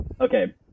okay